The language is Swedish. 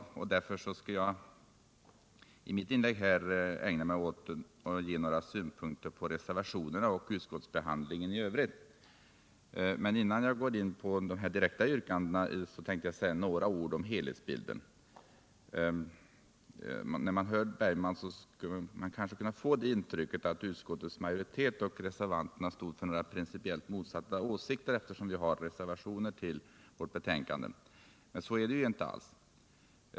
Jag skall därför i mitt inlägg ägna mig åt att ge några synpunkter på reservationerna och utskottsbehandlingen i övrigt. Men innan jag går in på de direkta yrkandena tänkte jag säga några ord om helhetsbilden. När man hör Per Bergman kan man kanske få intrycket att utskottets majoritet och reservanterna står för några principiellt motsatta åsikter — det finns ju reservationer fogade vid betänkandet. Men så är det inte alls.